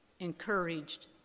encouraged